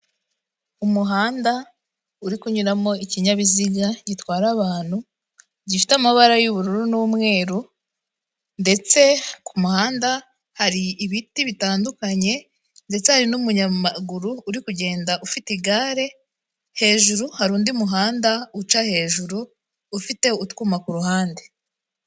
Umuhanda uri kunyuramo ikinyabiziga gitwara abantu gifite amabara y'ubururu n'umweru ndetse ku muhanda hari ibiti bitandukanye ndetse hari n'umunyamaguru uri kugenda ufite igare hejuru hari undi muhanda uca hejuru ufite utwuma ku ruhande.